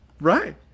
Right